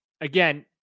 again